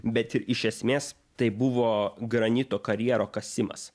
bet ir iš esmės tai buvo granito karjero kasimas